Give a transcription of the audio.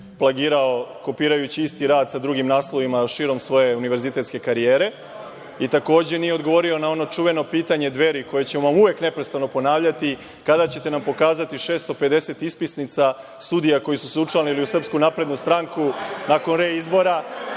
plagirao kopirajući isti rad sa drugim naslovima širom svoje univerzitetske karijere. Takođe, nije odgovorio na ono čuveno pitanje Dveri, koje ćemo uvek i neprestano ponavljati – kada ćete nam pokazati 650 ispisnica sudija koji su se učlanili u SNS nakon reizbora